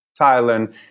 Thailand